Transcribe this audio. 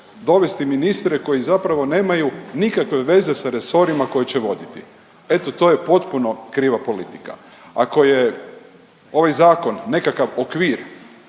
dovesti ministre koji zapravo nemaju nikakve veze sa resorima koje će voditi. Eto to je potpuno kriva politika. Ako je ovaj zakon nekakav okvir,